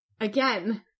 again